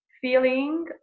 feeling